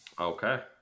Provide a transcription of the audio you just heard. Okay